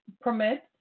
permit